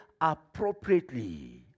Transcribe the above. appropriately